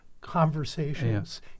conversations